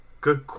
Good